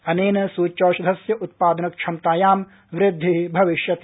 अनेन सूच्यौषधस्य उत्पादन क्षमतायां वृद्धि भविष्यति